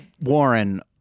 Warren